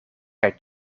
kaj